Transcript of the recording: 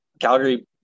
Calgary